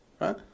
right